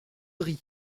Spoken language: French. riz